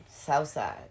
Southside